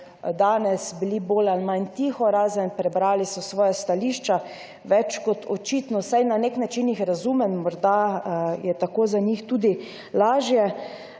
danes bolj ali manj tiho, razen prebrali so svoja stališča, več kot očitno. Saj na nek način jih razumem, morda je tako za njih tudi lažje,